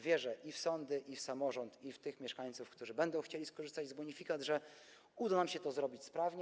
Wierzę i w sądy, i w samorząd, i w tych mieszkańców, którzy będą chcieli skorzystać z bonifikat, wierzę, że uda nam się to zrobić sprawnie.